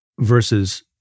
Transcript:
versus